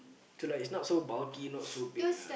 to like it's not so bulky not so big lah